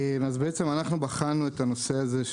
אנחנו בחנו את הנושא הזה,